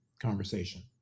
conversation